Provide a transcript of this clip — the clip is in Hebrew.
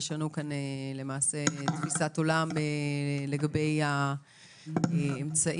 יש לנו כאן למעשה תפיסת עולם לגבי האמצעים